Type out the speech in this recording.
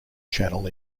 channel